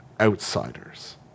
outsiders